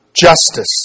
justice